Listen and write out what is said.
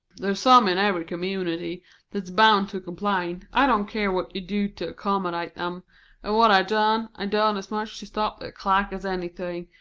there's some in every community that's bound to complain, i don't care what you do to accommodate em and what i done, i done as much to stop their clack as anything,